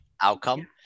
outcome